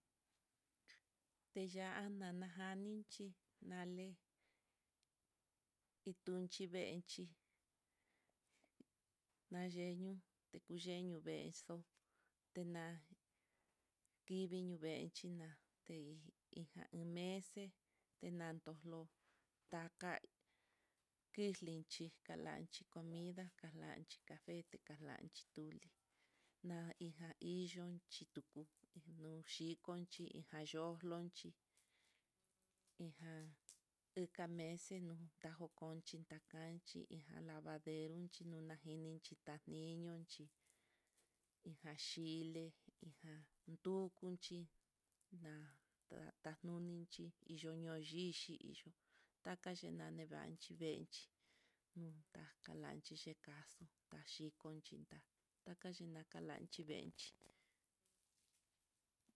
Te ya'a nana janinchí nale intunchí venchí, nayeniu tekuvenio vexo'o tena'a, iin vi no venchi ña'a tei ijá uu mex antolo taka, kixlinchí kalanchí comida kalanchí cafete kalanchi tole na hija iin yunc ituku inuxhikonxi jayolonchí, hija iinka mese no'o tajo kon xhitakanchí, lavadero chí nunanjini chí ta'a niño xhi hija chile hija ndukuchí na'a tanuninchí iyo'o no xhichicho takaxhi nani vanxhi venchí nu nakalanchixhi kaxo, taxhi konchitá takachi lakalanchi veenchi.